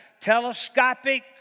telescopic